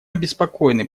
обеспокоены